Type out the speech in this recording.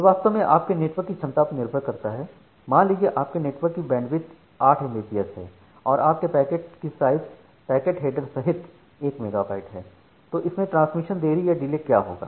यह वास्तव में आपके नेटवर्क की क्षमता पर निर्भर करता है मान लीजिए आपके नेटवर्क की बैंडविड्थ 8 एमबीपीएस है और आप के पैकेट की साइज पैकेट हेडर सहित 1 मेगाबाइट है तो इसमें ट्रांसमिशन देरी या डिले क्या होगा